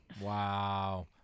Wow